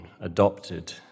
adopted